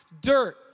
dirt